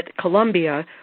Colombia